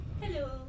Hello